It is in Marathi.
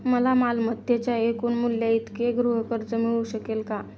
मला मालमत्तेच्या एकूण मूल्याइतके गृहकर्ज मिळू शकेल का?